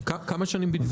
התקנות.